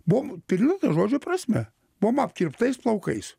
buvom pilna ta žodžio prasme buvom apkirptais plaukais